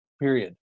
Period